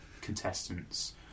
contestants